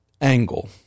angle